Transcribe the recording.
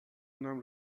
اونم